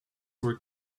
were